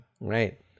right